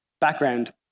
background